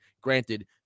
Granted